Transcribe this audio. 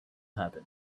happen